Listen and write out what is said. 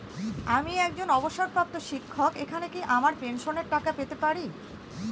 আমি একজন অবসরপ্রাপ্ত শিক্ষক এখানে কি আমার পেনশনের টাকা পেতে পারি?